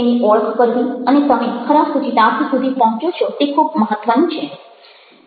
તેની ઓળખ કરવી અને તમે ખરા સૂચિતાર્થ સુધી પહોંચો છો તે ખૂબ મહત્ત્વનું છે